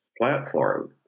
platform